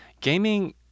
Gaming